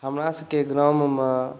हमरा सबके ग्राममे